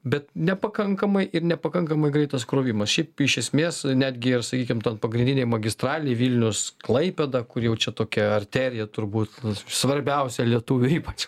bet nepakankamai ir nepakankamai greitas krovimas šiaip iš esmės netgi ir sakykim pagrindinėj magistralėj vilnius klaipėda kur jau čia tokia arterija turbūt svarbiausia lietuviui ypač